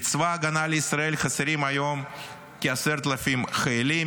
לצבא ההגנה לישראל חסרים היום כ-10,000 חיילים,